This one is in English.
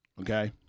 okay